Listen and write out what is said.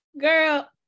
Girl